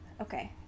Okay